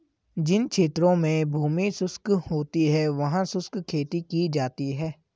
जिन क्षेत्रों में भूमि शुष्क होती है वहां शुष्क खेती की जाती है